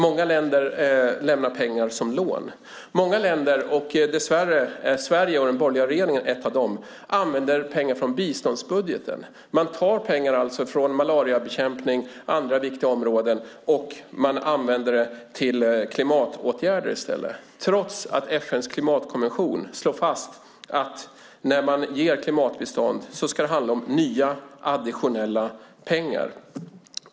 Många länder lämnar pengar som lån. Många länder - dess värre är Sverige med den borgerliga regeringen ett av dem - använder pengar från biståndsbudgeten. Man tar alltså pengar från malariabekämpning och andra viktiga områden och använder dem till klimatåtgärder, trots att FN:s klimatkonvention slår fast att när man ger klimatbistånd ska det handla om nya additionella pengar.